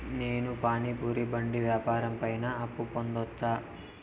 నేను పానీ పూరి బండి వ్యాపారం పైన అప్పు పొందవచ్చా?